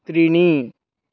त्रीणि